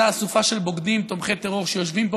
אותה אסופה של בוגדים תומכי טרור שיושבים פה,